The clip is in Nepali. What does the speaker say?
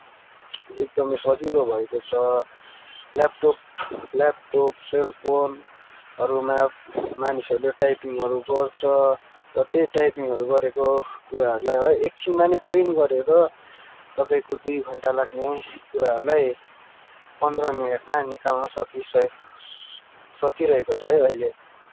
एकदमै सजिलो भएको छ ल्यापटप ल्यापटप सेलफोनहरूमा मानिसहरूले टाइपिङहरू गर्छ त्यही टाइपिङहरू गरेको कुराहरूलाई है एकछिनमा नै प्रिन्ट गरेर तपाईँको दुई घन्टा लाग्ने कुराहरूलाई पन्ध्र मिनटमा निकाल्न सकिसके सकिरहेको छ है अहिले